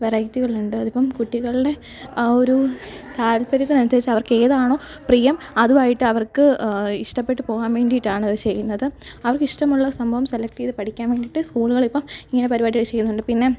വെറൈറ്റികളിണ്ട് അതിപ്പം കുട്ടികളുടെ ആ ഒരു താല്പര്യത്തിനനുസരിച്ച് അവർക്കേതാണോ പ്രിയം അതുമായിട്ട് അവർക്ക് ഇഷ്ടപ്പെട്ട് പോവാൻ വേണ്ടിയിട്ടാണ് അത് ചെയ്യുന്നത് അവർക്കിഷ്ടമുള്ള സംഭവം സെലെക്ട് ചെയ്ത് പഠിക്കാൻ വേണ്ടിട്ട് സ്കൂളുകൾ ഇപ്പം ഇങ്ങനെ പരിപാടികൾ ചെയ്യുന്നുണ്ട് പിന്നെ